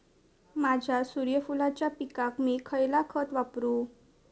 माझ्या सूर्यफुलाच्या पिकाक मी खयला खत वापरू?